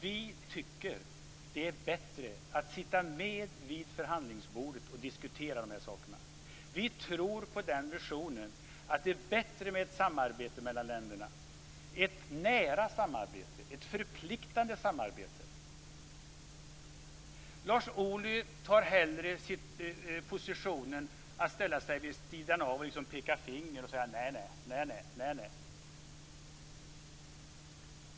Vi tycker att det är bättre att sitta med vid förhandlingsbordet och diskutera de här sakerna. Vi tror på en vision med ett nära och förpliktande samarbete mellan länderna. Lars Ohly ställer sig hellre vid sidan av, liksom pekar finger och säger nej, nej, nej.